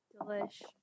Delish